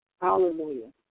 Hallelujah